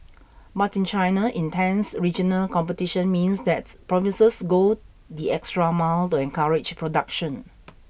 but in China intense regional competition means that provinces go the extra mile to encourage production